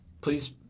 Please